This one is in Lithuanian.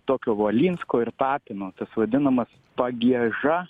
tokio valinsko ir tapino tas vadinamas pagieža